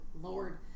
lord